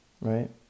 right